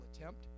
attempt